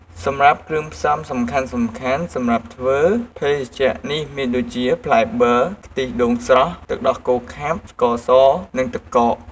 សម្រាប់គ្រឿងផ្សំសំខាន់ៗសម្រាប់ធ្វើភេសជ្ជៈនេះមានដូចជា ផ្លែប័រ ខ្ទិះដូងស្រស់ ទឹកដោះគោខាប់ ស្ករស និងទឹកកក។